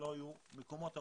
היו מקומות עבודה.